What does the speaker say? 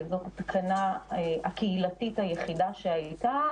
זאת התקנה הקהילתית היחידה שהייתה,